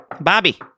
Bobby